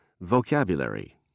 Vocabulary